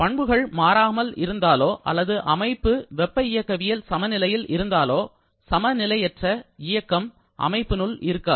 பண்புகள் மாறாமல் இருந்தாலோ அல்லது அமைப்பு வெப்ப இயக்கவியல் சமநிலையில் இருந்தாலோ சமநிலையற்ற இயந்திரம் அமைப்பினுள் இருக்காது